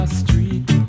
street